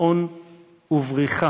קיפאון ובריחה?